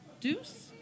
Deuce